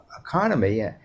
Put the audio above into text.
economy